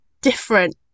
different